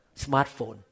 smartphone